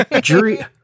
Jury